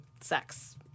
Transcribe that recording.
sex